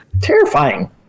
terrifying